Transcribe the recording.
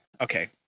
okay